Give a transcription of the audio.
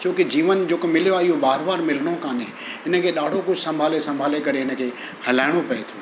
छोकी जीवन जेको मिलियो आहे इहो बार बार मिलिणो कान्हे हिनखे ॾाढो कुझु संभाले संभाले करे हिनखे हलाइणो पए थो